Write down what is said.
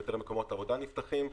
יותר מקומות עבודה נפתחים,